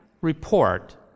report